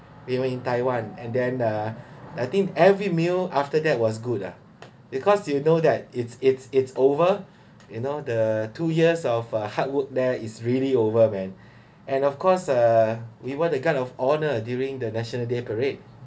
in taiwan and then uh I think every meal after that was good ah because you know that is is is over you know the two years of uh hard work there is really over man and of course uh we want a guard of honour during the national day parade